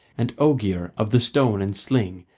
and ogier of the stone and sling,